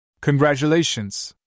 Congratulations